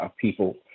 people